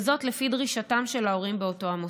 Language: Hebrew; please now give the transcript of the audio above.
וזאת לפי דרישתם של ההורים באותו מוסד.